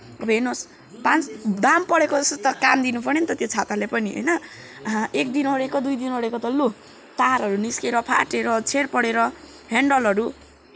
अब हेर्नुहोस् पाँच दाम परेको जस्तो त काम दिनुपर्यो नि त त्यो छाताले पनि होइन एक दिन ओढेको दुई दिन ओढेको त लु तारहरू निस्किएर फाटेर छेँड परेर हेन्डलहरू